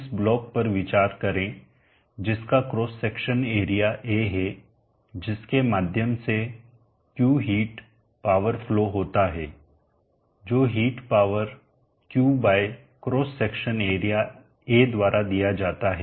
इस ब्लॉक पर विचार करें जिसका क्रॉस सेक्शन एरिया A है जिसके माध्यम से q हीट पावर फ्लो होता है जो heat power Q by cross section area A द्वारा दिया जाता है